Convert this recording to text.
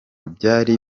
byari